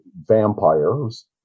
vampires